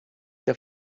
the